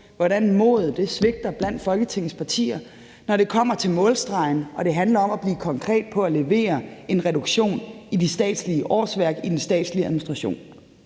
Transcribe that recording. hvordan modet svigter blandt Folketingets partier, når man kommer til målstregen og det handler om at blive konkret på at levere en reduktion i de statslige årsværk i den statslige administration.